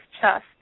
chest